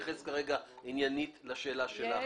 אני לא מתייחס כרגע עניינית לשאלה שלך.